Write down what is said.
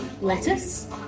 lettuce